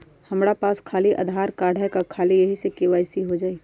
हमरा पास खाली आधार कार्ड है, का ख़ाली यही से के.वाई.सी हो जाइ?